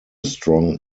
strong